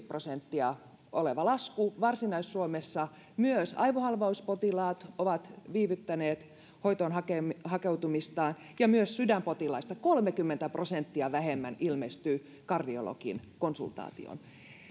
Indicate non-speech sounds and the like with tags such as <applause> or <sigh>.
<unintelligible> prosenttia oleva lasku varsinais suomessa myös aivohalvauspotilaat ovat viivyttäneet hoitoon hakeutumistaan hakeutumistaan ja myös sydänpotilaista kolmekymmentä prosenttia vähemmän ilmestyy kardiologin konsultaatioon